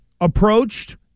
approached